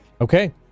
Okay